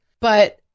But-